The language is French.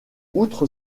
outre